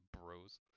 bros